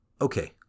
Okay